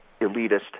elitist